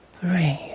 breathe